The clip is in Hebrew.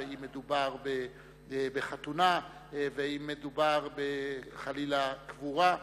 אם מדובר בחתונה ואם מדובר חלילה בקבורה.